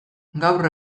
gaur